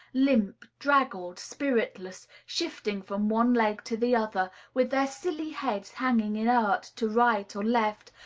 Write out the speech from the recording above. limp, draggled, spiritless, shifting from one leg to the other, with their silly heads hanging inert to right or left,